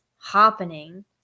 happening